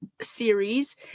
series